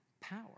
power